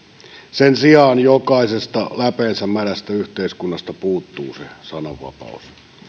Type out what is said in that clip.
sen sijaan jokaisesta läpeensä mädästä yhteiskunnasta puuttuu se sananvapaus